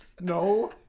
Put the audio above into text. No